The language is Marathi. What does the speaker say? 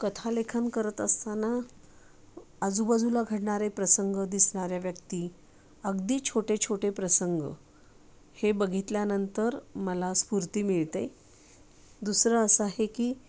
कथा लेखन करत असताना आजूबाजूला घडणारे प्रसंग दिसणाऱ्या व्यक्ती अगदी छोटे छोटे प्रसंग हे बघितल्यानंतर मला स्फूर्ती मिळते दुसरं असं आहे की